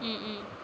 ம் ம்